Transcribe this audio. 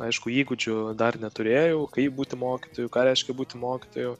aišku įgūdžių dar neturėjau kaip būti mokytoju ką reiškia būti mokytoju